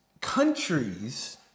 countries